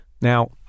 Now